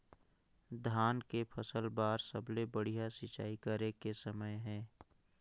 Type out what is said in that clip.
धान के फसल बार सबले बढ़िया सिंचाई करे के समय हे?